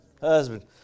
husband